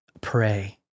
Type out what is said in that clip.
pray